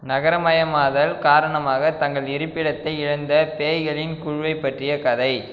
நகரமயமாதல் காரணமாக தங்கள் இருப்பிடத்தை இழந்த பேய்களின் குழுவைப் பற்றிய கதை